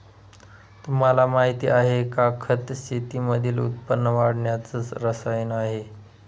तुम्हाला माहिती आहे का? खत शेतीमधील उत्पन्न वाढवण्याच रसायन आहे